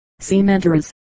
cementers